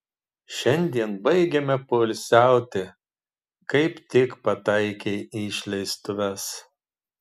šiandien baigiame poilsiauti kaip tik pataikei į išleistuves